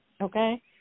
Okay